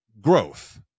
growth